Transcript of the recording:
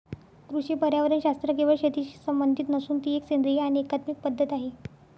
कृषी पर्यावरणशास्त्र केवळ शेतीशी संबंधित नसून ती एक सेंद्रिय आणि एकात्मिक पद्धत आहे